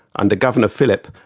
under governor philip,